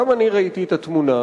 גם אני ראיתי את התמונה.